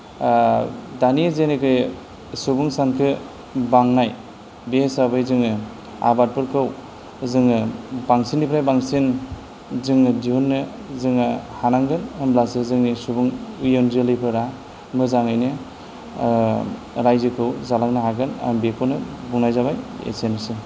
दानि जेनोखि सुबुं सानखो बांनाय बे हिसाबै जोङो आबादफोरखौ जोङो बांसिननिफ्राय बांसिन जोङो दिहुन्नो जोङो हानांगोन होमब्लासो जोंनि सुबुं इयुन जोलैफोरा मोजाङैनो राइजोखौ जालांनो हागोन आं बेखौनो बुंनाय जाबाय एसेनोसै